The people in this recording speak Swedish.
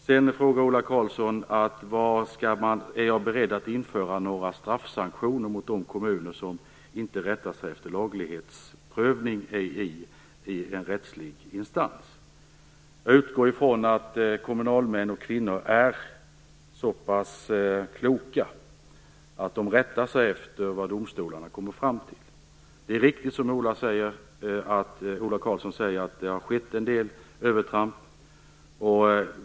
Sedan frågar Ola Karlsson om jag är beredd att införa några straffsanktioner mot kommuner som inte rättar sig efter laglighetsprövning i en rättslig instans. Jag utgår ifrån att kommunalmän och kvinnor är så pass kloka att de rättar sig efter det som domstolarna kommer fram till. Det är riktigt som Ola Karlsson säger att det har skett en del övertramp.